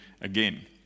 again